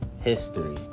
history